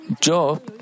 Job